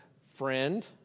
friend